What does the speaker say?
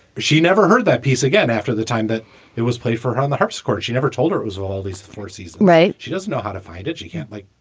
she never heard that piece again after the time that it was played for her on the harpsichord. you never told her it was all these forces, right? she doesn't know how to find it. she can't, like,